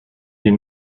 les